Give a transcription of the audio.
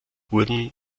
wurden